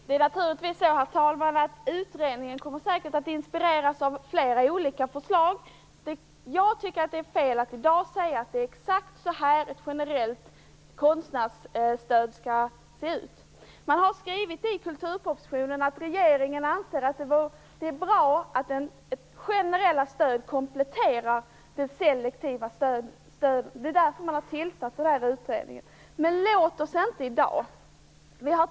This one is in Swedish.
Herr talman! Utredningen kommer säkert att inspireras av flera olika förslag. Jag tycker att det är fel att i dag säga att ett generellt konstnärsstöd skall se ut exakt så här. I kulturpropositionen har man skrivit att regeringen anser att det generella stödet kompletterar det selektiva stödet. Därför har man tillsatt utredningen.